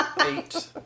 eight